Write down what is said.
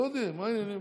דודי, מה העניינים?